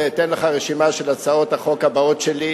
אני אתן לך רשימה של הצעות החוק הבאות שלי,